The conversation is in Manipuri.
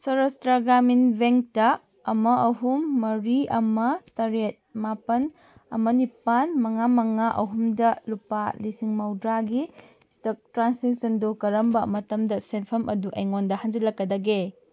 ꯁꯔꯁꯇ꯭ꯔ ꯒ꯭ꯔꯥꯃꯤꯟ ꯕꯦꯡꯛꯇ ꯑꯃ ꯑꯍꯨꯝ ꯃꯔꯤ ꯑꯃ ꯇꯔꯦꯠ ꯃꯥꯄꯜ ꯑꯃ ꯅꯤꯄꯥꯜ ꯃꯉꯥ ꯃꯉꯥ ꯑꯍꯨꯝꯗ ꯂꯨꯄꯥ ꯂꯤꯁꯤꯡ ꯃꯧꯗ꯭ꯔꯥꯒꯤ ꯁ꯭ꯇꯛ ꯇ꯭ꯔꯥꯟꯁꯦꯛꯁꯟꯗꯨ ꯀꯔꯝꯕ ꯃꯇꯝꯗ ꯁꯦꯟꯐꯝ ꯑꯗꯨ ꯑꯩꯉꯣꯟꯗ ꯍꯟꯖꯤꯜꯂꯛꯀꯗꯒꯦ